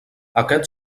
aquest